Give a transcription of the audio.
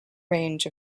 range